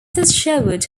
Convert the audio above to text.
sherwood